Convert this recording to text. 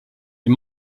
est